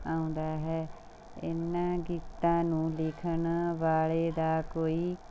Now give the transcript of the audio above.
ਆਉਂਦਾ ਹੈ ਇਨ੍ਹਾਂ ਗੀਤਾਂ ਨੂੰ ਲਿਖਣ ਵਾਲੇ ਦਾ ਕੋਈ